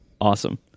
Awesome